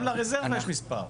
גם לרזרבה יש מספר.